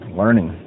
learning